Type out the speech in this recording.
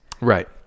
Right